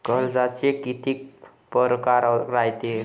कर्जाचे कितीक परकार रायते?